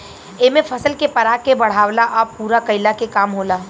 एमे फसल के पराग के बढ़ावला आ पूरा कईला के काम होला